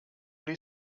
only